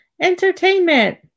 entertainment